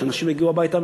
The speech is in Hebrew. כדי שאנשים יגיעו הביתה,